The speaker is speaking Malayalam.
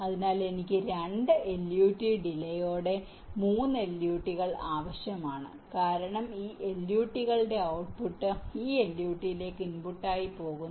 അതിനാൽ എനിക്ക് 2 LUT ഡിലെയോടെ 3 LUT കൾ ആവശ്യമാണ് കാരണം ഈ 2 LUT കളുടെ ഔട്ട്പുട്ട് ഈ LUT ലേക്ക് ഇൻപുട്ട് ആയി പോകുന്നു